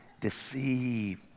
deceive